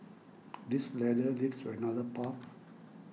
this ladder leads to another path